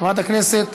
חברת הכנסת